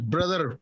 Brother